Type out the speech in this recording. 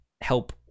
help